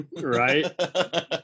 Right